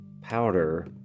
powder